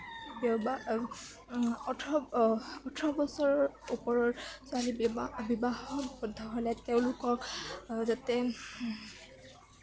ওঠৰ বছৰৰ ওপৰৰ ছোৱালী বিবাহ বিবাহ পাশত আবদ্ধ হ'লে তেওঁলোকক যাতে